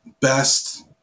best